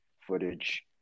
footage